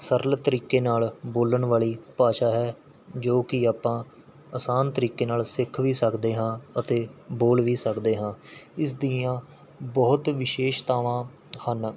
ਸਰਲ ਤਰੀਕੇ ਨਾਲ਼ ਬੋਲਣ ਵਾਲੀ ਭਾਸ਼ਾ ਹੈ ਜੋ ਕਿ ਆਪਾਂ ਆਸਾਨ ਤਰੀਕੇ ਨਾਲ਼ ਸਿੱਖ ਵੀ ਸਕਦੇ ਹਾਂ ਅਤੇ ਬੋਲ ਵੀ ਸਕਦੇ ਹਾਂ ਇਸ ਦੀਆਂ ਬਹੁਤ ਵਿਸ਼ੇਸ਼ਤਾਵਾਂ ਹਨ